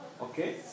Okay